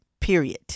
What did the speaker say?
Period